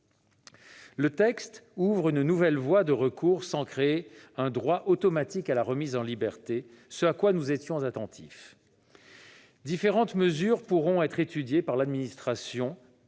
Le texte ouvre une nouvelle voie de recours sans créer un droit automatique à la remise en liberté, ce à quoi nous étions attentifs. Différentes mesures pourront être étudiées par l'administration